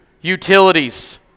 utilities